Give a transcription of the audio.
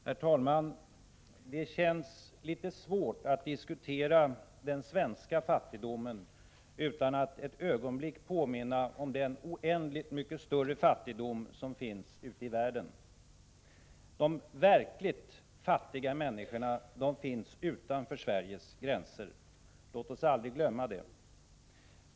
Herr talman! Det känns litet svårt att diskutera den svenska fattigdomen utan att påminna om den oändligt mycket större fattigdom som finns ute i världen. De verkligt fattiga människorna finns utanför Sveriges gränser. Låt oss aldrig glömma det.